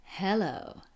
Hello